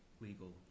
legal